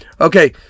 Okay